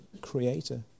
creator